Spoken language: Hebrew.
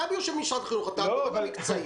אתה יושב במשרד החינוך, אתה הגורם המקצועי.